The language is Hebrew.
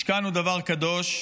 משכן הוא דבר קדוש.